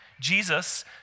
Jesus